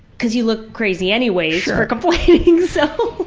cause you look crazy anyways for complaining so.